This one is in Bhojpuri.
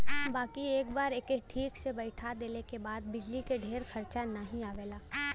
बाकी एक बार एके ठीक से बैइठा देले के बाद बिजली के ढेर खरचा नाही आवला